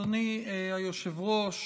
אדוני היושב-ראש,